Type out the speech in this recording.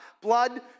blood